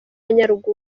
nyarugunga